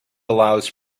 allows